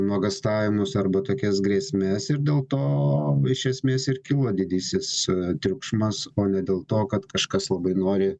nuogąstavimus arba tokias grėsmes ir dėl to iš esmės ir kilo didysis triukšmas o ne dėl to kad kažkas labai nori